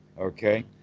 Okay